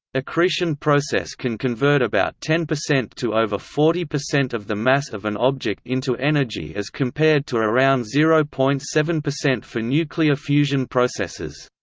accretion process can convert about ten percent to over forty percent of the mass of an object into energy as compared to around zero point seven percent for nuclear fusion processes.